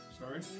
Sorry